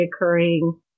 reoccurring